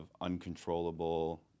uncontrollable